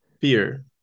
Fear